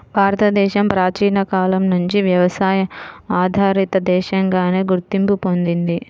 భారతదేశం ప్రాచీన కాలం నుంచి వ్యవసాయ ఆధారిత దేశంగానే గుర్తింపు పొందింది